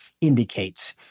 indicates